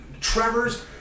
Trevor's